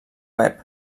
web